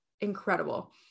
incredible